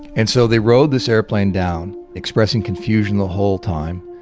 and so they rode this airplane down, expressing confusion the whole time